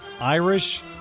Irish